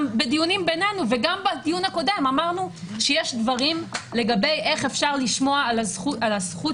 בדיונים בינינו וגם בדיון הקודם אמרנו שאפשר לדבר על הזכות